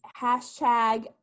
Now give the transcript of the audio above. Hashtag